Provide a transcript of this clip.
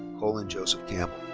colin joseph campbell.